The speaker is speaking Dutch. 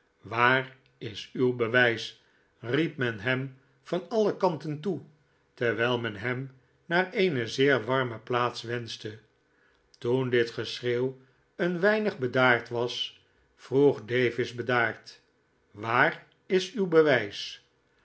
waar is uw bewijs riep men hem van alle kanten toe terwijl men hem naar eene zeer warme plaats wenschte toen dit geschreeuw een weinig bedaard was vroeg davis bedaard waar is uw bewijs